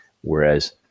whereas